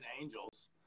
Angels